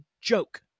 joke